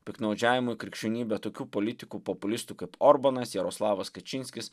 piktnaudžiavimui krikščionybe tokių politikų populistų kaip orbanas jaroslavas kačinskis